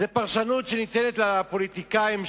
זו פרשנות שניתנת לפוליטיקאים,